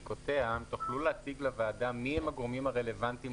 תוכלו להציג לוועדה מי הם הגורמים הרלוונטיים?